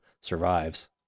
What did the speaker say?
survives